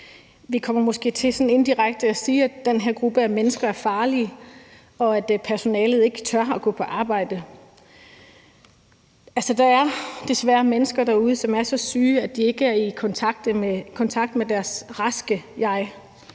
Vi kommer måske til sådan indirekte at sige, at den her gruppe mennesker er farlige, og at personalet ikke tør gå på arbejde. Der er desværre mennesker derude, som er så syge, at de ikke er i kontakt med deres raske jeg,